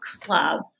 club